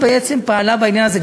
הממשלה בעצם פעלה בעניין הזה,